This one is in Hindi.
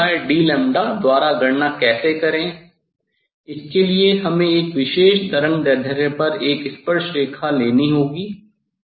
dd द्वारा गणना कैसे करें इसके लिए हमें एक विशेष तरंगदैर्ध्य पर एक स्पर्श रेखा लेनी होगी